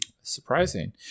Surprising